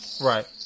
Right